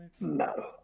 No